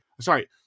sorry